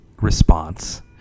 response